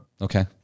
Okay